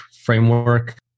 framework